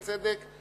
בצדק,